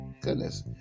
goodness